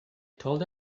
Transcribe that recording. told